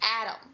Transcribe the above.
Adam